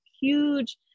huge